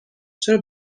چرا